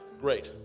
Great